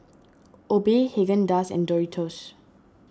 Obey Haagen Dazs and Doritos